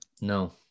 No